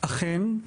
אכן,